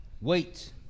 Wait